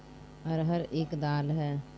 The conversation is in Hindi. अरहर एक दाल है